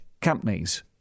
companies